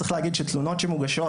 צריך להגיד שתלונות שמוגשות,